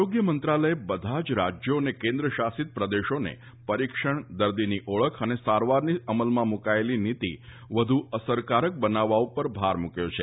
આરોગ્ય મંત્રાલયે બધા જ રાજ્યો અને કેન્દ્ર શાસિત પ્રદેશોને પરિક્ષણ દર્દીની ઓળખ અને સારવારની અમલમાં મૂકાયેલી નીતિ વધુ અસરકારક બનાવવા ઉપર ભાર મૂક્યો છે